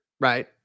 right